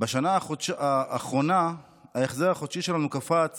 בשנה האחרונה ההחזר החודשי שלנו קפץ